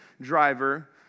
driver